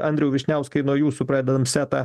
andriui vyšniauskui nuo jūsų pradedam setą